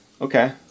Okay